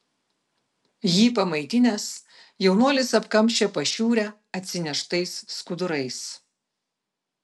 jį pamaitinęs jaunuolis apkamšė pašiūrę atsineštais skudurais